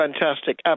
fantastic